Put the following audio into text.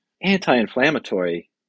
anti-inflammatory